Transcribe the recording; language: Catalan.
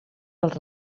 els